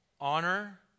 honor